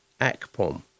Akpom